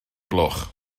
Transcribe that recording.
gloch